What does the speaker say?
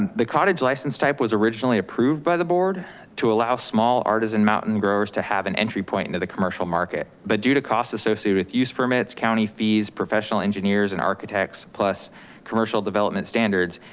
the cottage license type was originally approved by the board to allow small artisan mountain growers to have an entry point into the commercial market but due to costs associated with use permits, county fees, professional engineers and architects, plus commercial development standards,